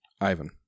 Ivan